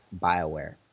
Bioware